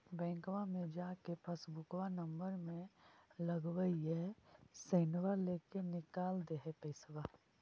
बैंकवा मे जा के पासबुकवा नम्बर मे लगवहिऐ सैनवा लेके निकाल दे है पैसवा?